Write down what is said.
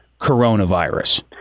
coronavirus